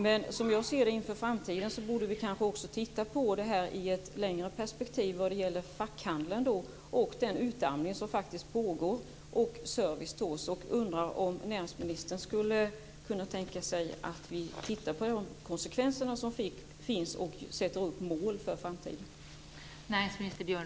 Men inför framtiden borde vi titta på den utarmning av servicen som pågår inom fackhandeln i ett längre perspektiv. Kan näringsministern tänka sig att titta på de konsekvenser som har uppenbarat sig och sätta upp mål för framtiden?